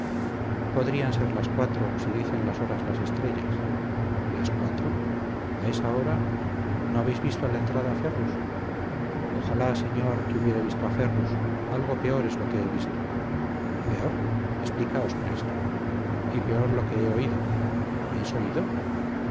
podrían ser las cuatro si dicen las horas las estrellas las cuatro a esa hora no habéis visto a la entrada a ferrus ojalá señor que hubiera visto a ferrus algo peor es lo que he visto peor explicaos presto y peor lo que he oído habéis oído